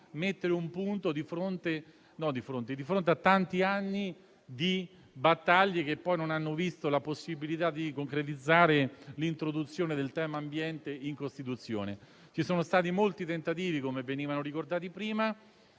mettere un punto di fronte a tanti anni di battaglie, che poi non hanno visto la possibilità di concretizzare l'introduzione del tema ambiente in Costituzione. Ci sono stati molti tentativi - come veniva ricordato prima